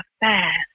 fast